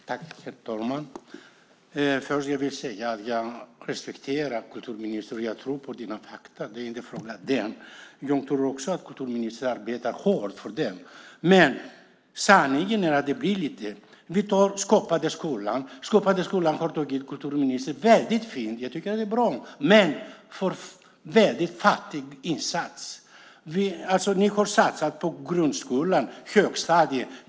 Herr talman! Jag vill börja med att säga att jag respekterar kulturministern och tror på hennes faktauppgifter. Jag tror också att kulturministern arbetar hårt för kulturen, men sanningen är att resultatet blir för litet. Om vi tar Skapande skola som exempel vill jag säga att den satsningen är bra, men det är en för fattig insats. Regeringen har satsat på grundskolans högstadium.